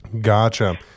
Gotcha